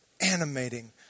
animating